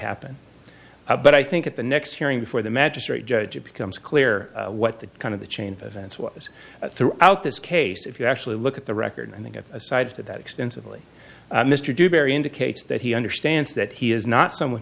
happened about i think at the next hearing before the magistrate judge it becomes clear what the kind of the chain of events was throughout this case if you actually look at the record and then get a side to that extensively mr dewberry indicates that he understands that he is not someone